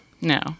No